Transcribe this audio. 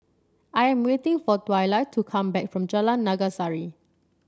I am waiting for Twyla to come back from Jalan Naga Sari